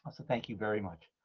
ah so thank you very much.